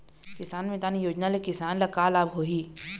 किसान मितान योजना ले किसान ल का लाभ होही?